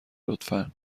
لطفا